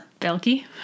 Belky